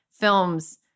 films